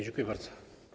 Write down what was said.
Dziękuję bardzo.